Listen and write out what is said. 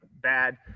bad